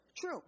true